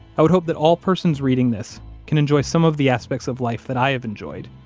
i would hope that all persons reading this can enjoy some of the aspects of life that i have enjoyed,